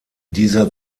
dieser